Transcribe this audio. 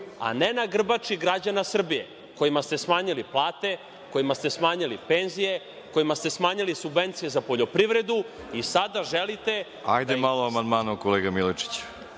a ne na grbači građana Srbije, kojima ste smanjili plate, kojima ste smanjili penzije, kojima ste smanjili subvencije za poljoprivredu i sada želite … **Veroljub Arsić** Hajde malo o amandmanu, kolega Milojičiću.